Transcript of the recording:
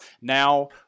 Now